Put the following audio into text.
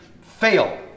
fail